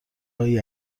هایی